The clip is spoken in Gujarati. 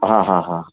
હા હા હા